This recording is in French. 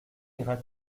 iras